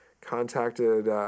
contacted